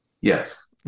Yes